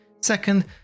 Second